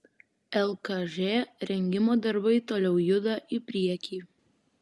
lkž rengimo darbai toliau juda į priekį